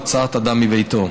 הוצאת אדם מביתו.